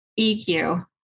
EQ